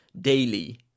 daily